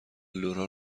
لورا